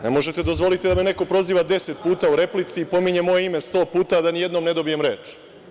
Ne možete dozvoliti da me neko proziva deset puta u replici i pominje moje ime sto puta, a da nijednom ne dobijem reč.